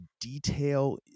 detail